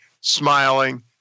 smiling